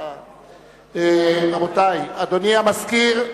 אדוני המזכיר,